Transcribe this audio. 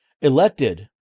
elected